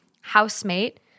housemate